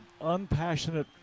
unpassionate